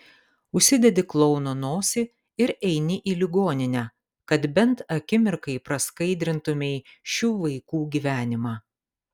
užsidedi klouno nosį ir eini į ligoninę kad bent akimirkai praskaidrintumei šių vaikų gyvenimą